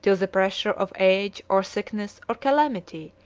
till the pressure of age, or sickness, or calamity,